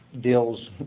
deals